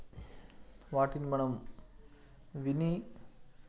వాటిని మనం విని